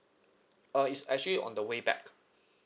uh it's actually on the way back